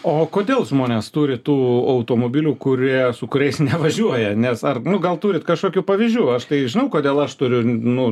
o kodėl žmonės turi tų automobilių kurie su kuriais nevažiuoja nes ar nu gal turit kažkokių pavyzdžių aš tai žinau kodėl aš turiu nu